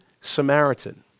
Samaritan